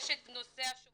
יש את נושא השופטים.